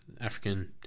African